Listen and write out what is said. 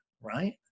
Right